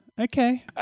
Okay